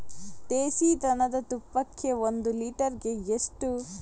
ದೇಸಿ ದನದ ತುಪ್ಪಕ್ಕೆ ಒಂದು ಲೀಟರ್ಗೆ ಎಷ್ಟು?